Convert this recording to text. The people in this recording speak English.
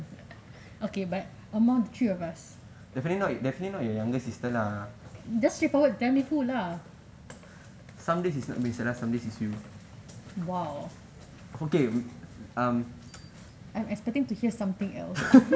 okay but among the three of us just straight forward tell me who lah !wow! I'm expecting to hear something else